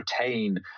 retain